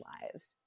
lives